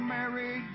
Mary